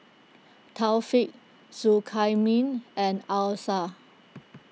Taufik Zulkamin and Alyssa